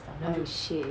oh shit